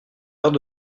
heure